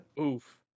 Oof